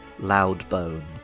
Loudbone